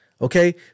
okay